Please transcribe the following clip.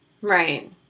Right